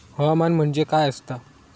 हवामान म्हणजे काय असता?